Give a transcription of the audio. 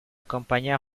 compañía